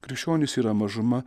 krikščionys yra mažuma